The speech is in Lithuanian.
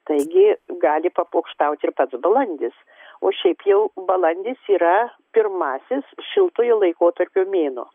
taigi gali papokštauti ir pats balandis o šiaip jau balandis yra pirmasis šiltojo laikotarpio mėnuo